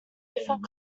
different